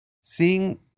seeing